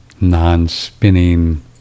non-spinning